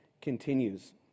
continues